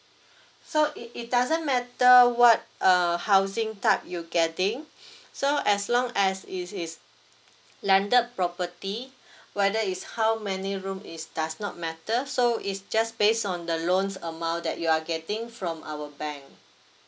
so it it doesn't matter what err housing type you getting so as long as it is landed property whether is how many room is does not matter so it's just based on the loans amount that you are getting from our bank